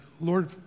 Lord